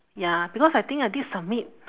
ya because I think I did submit